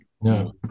No